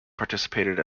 participated